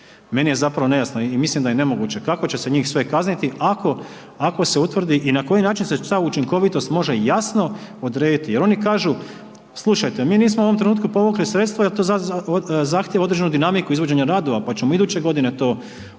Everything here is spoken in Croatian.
Meni je zapravo nejasno i mislim da je nemoguće kako će se njih sve kazniti ako se utvrdi i na koji način se ta učinkovitost može jasno odrediti jer oni kažu, slušajte, mi nismo u ovom trenutku povukli sredstva jer to zahtjeva određenu dinamiku izvođenja radova pa ćemo iduće godine to naplatiti